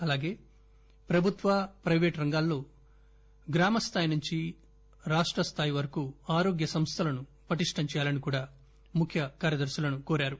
అలాగే ప్రభుత్వ ప్రైవేటు రంగాల్లో గ్రామ స్దాయి నుంచి రాష్ట స్థాయి వరకు ఆరోగ్య సంస్థలను పటిష్టం చేయాలని కూడా ముఖ్య కార్యదర్శులను కోరారు